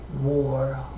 war